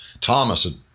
Thomas